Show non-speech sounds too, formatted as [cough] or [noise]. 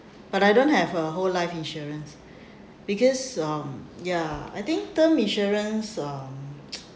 but I don't have a whole life insurance [breath] because um ya I think term insurance um